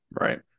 right